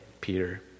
Peter